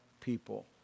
people